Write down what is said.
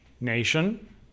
nation